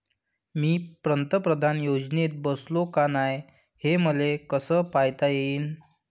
मी पंतप्रधान योजनेत बसतो का नाय, हे मले कस पायता येईन?